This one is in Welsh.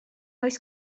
oes